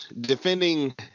Defending